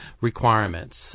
requirements